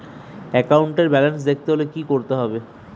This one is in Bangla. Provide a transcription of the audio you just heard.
একাউন্টের ব্যালান্স দেখতে হলে কি করতে হবে?